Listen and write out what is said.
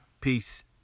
peace